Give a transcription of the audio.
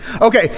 Okay